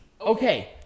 okay